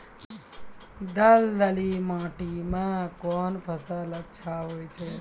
दलदली माटी म कोन फसल अच्छा होय छै?